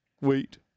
wait